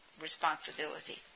responsibility